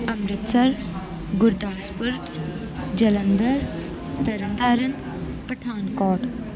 Amritsar Gurdaspur Jalandhar Tarn Taran Pathankot